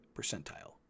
percentile